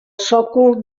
sòcol